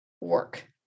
Work